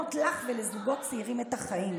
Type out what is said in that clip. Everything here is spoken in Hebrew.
לשנות לך ולזוגות צעירים את החיים.